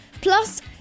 Plus